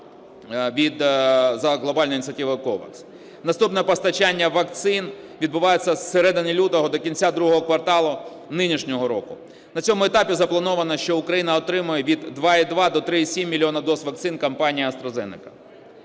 Наступне постачання вакцин відбудеться з середини лютого до кінця ІІ кварталу нинішнього року. На цьому етапі заплановано, що Україна отримає від 2,2 до 3,7 мільйона доз вакцин компанії AstraZeneca.